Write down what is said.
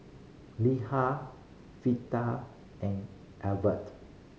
Litha and Evert